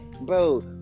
bro